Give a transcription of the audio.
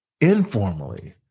informally